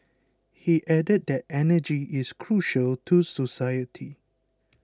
he added that energy is crucial to society